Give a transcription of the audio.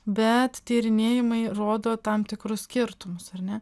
bet tyrinėjimai rodo tam tikrus skirtumus ar ne